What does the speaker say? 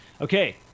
Okay